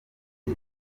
bye